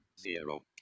zero